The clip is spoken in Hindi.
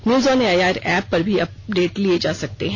न्यूज ऑन एआईआर ऐप पर भी अपडेट लिए जा सकते हैं